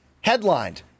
headlined